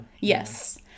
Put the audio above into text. Yes